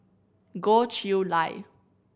Goh Chiew Lye